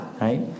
right